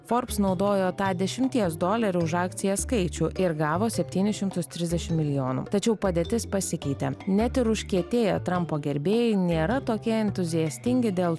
forbs naudojo tą dešimties dolerių už akciją skaičių ir gavo septynis šimtus trisdešim milijonų tačiau padėtis pasikeitė net ir užkietėję trampo gerbėjai nėra tokie entuziastingi dėl